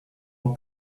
our